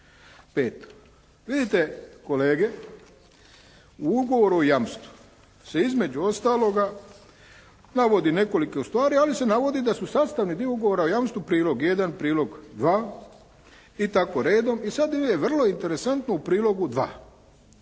Peto. Vidite kolege, u ugovoru o jamstvu se između ostaloga navodi nekoliko stvari ali se navodi da su sastavni dio ugovora o jamstvu prilog jedan, prilog dva i tako redom. I sad je vrlo interesantno u prilogu